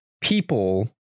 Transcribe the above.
people